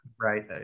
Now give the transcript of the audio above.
right